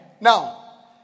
Now